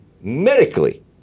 medically